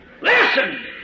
Listen